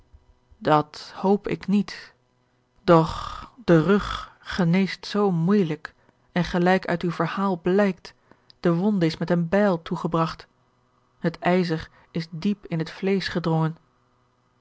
dat hoop ik niet doch de rug geneest zoo moeijelijk en gelijk uit uw verhaal blijkt de wonde is met eene bijl toegebragt het ijzer is diep in het vleesch gedrongen